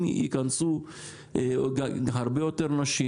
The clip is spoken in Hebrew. אם ייכנסו הרבה יותר נשים,